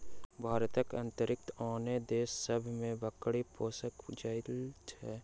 भारतक अतिरिक्त आनो देश सभ मे बकरी पोसल जाइत छै